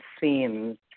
themes